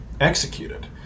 executed